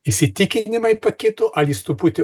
įsitikinimai pakito ar jis truputį